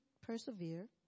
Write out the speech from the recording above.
persevere